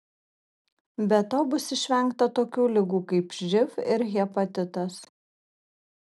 be to bus išvengta tokių ligų kaip živ ir hepatitas